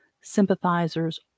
sympathizers